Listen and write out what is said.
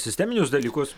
sisteminius dalykus